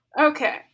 Okay